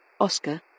Oscar